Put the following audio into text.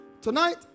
tonight